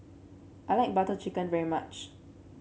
I like Butter Chicken very much